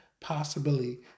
possibility